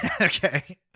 Okay